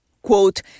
Quote